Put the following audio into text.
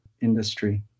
industry